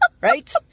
right